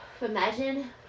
Imagine